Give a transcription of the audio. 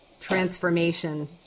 transformation